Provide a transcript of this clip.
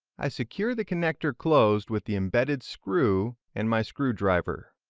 i secure the connector closed with the embedded screw and my screwdriver.